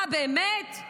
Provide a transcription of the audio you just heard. אה, באמת?